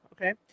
okay